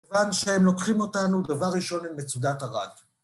כיוון שהם לוקחים אותנו דבר ראשון עם מצודת ערד